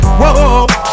whoa